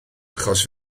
achos